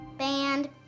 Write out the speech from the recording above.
band